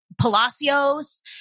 Palacios